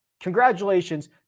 congratulations